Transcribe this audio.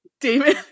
Damon